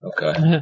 Okay